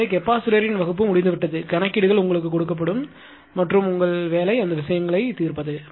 எனவே கெப்பாசிட்டர்யின் வகுப்பு முடிந்துவிட்டது கணக்கீடுகள் உங்களுக்கு கொடுக்கப்படும் மற்றும் உங்கள் வேலை அந்த விஷயங்களை தீர்ப்பது